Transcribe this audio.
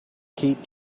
keep